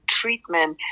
treatment